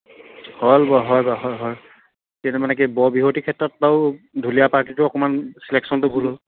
হৈ গ'ল হৈ গ'ল হয় হয় কিন্তু মানে কি বৰ বিহুৱতীৰ ক্ষেত্ৰত বাৰু ঢূুলীয়া পাৰ্টীটো অকণমান চিলেকশ্যনটো ভুল হ'ল